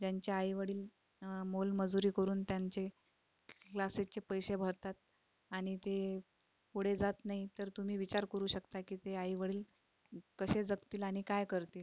ज्यांचे आईवडील मोलमजुरी करून त्यांचे क्लासेसचे पैसे भरतात आणि ते पुढे जात नाही तर तुम्ही विचार करू शकता की ते आईवडील कसे जगतील आणि काय करतील